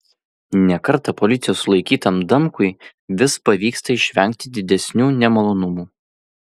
ne kartą policijos sulaikytam damkui vis pavyksta išvengti didesnių nemalonumų